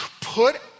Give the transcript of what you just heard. put